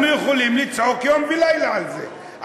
אנחנו יכולים לצעוק יום ולילה על זה,